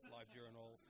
LiveJournal